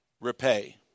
repay